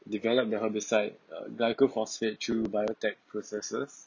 develop their herbicide uh glyphosate through biotech processes